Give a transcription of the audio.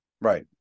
Right